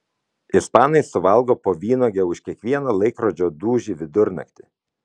ispanai suvalgo po vynuogę už kiekvieną laikrodžio dūžį vidurnaktį